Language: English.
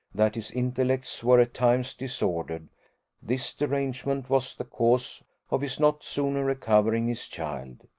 that his intellects were at times disordered this derangement was the cause of his not sooner recovering his child.